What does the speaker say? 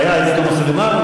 עאידה תומא סלימאן,